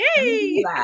Yay